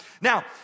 Now